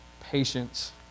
patience